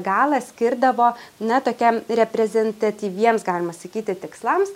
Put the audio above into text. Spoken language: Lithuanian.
galą skirdavo na tokiem reprezentatyviems galima sakyti tikslams